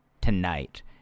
tonight